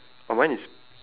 oh mine is